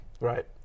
Right